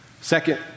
Second